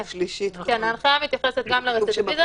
ההנחיה מתייחסת גם לרצידיביזם,